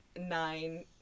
nine